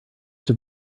have